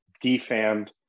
defamed